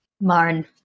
Marn